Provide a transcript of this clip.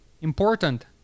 important